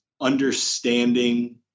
understanding